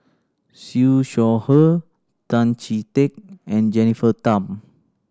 Siew Shaw Her Tan Chee Teck and Jennifer Tham